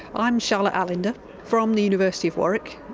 i'm charlotte allender from the university of warwick.